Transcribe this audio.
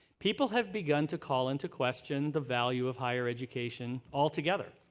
people have begun to call into question the value of higher education altogether.